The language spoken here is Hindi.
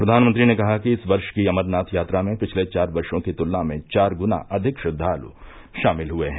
प्रधानमंत्री ने कहा कि इस वर्ष की अमरनाथ यात्रा में पिछले चार वर्षो की तुलना में चार गुना अधिक श्रद्वालु शामिल हुए हैं